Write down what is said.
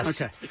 Okay